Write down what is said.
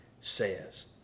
says